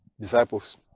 disciples